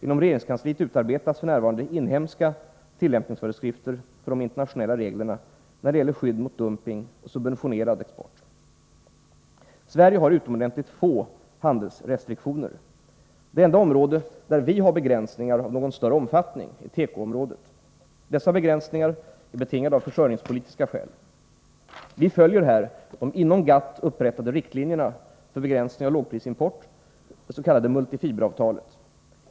Inom regerings kansliet utarbetas f.n. inhemska tillämpningsföreskrifter för de internationella reglerna när det gäller skydd mot dumping och subventionerad export. Sverige har utomordentligt få handelsrestriktioner. Det enda område där vi har begränsningar av någon större omfattning är tekoområdet. Dessa begränsningar är betingade av försörjningspolitiska faktorer. Vi följer här de inom GATT upprättade riktlinjerna för begränsning av lågprisimport, det s.k. multi-fiber-avtalet.